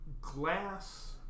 glass